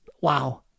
wow